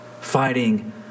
Fighting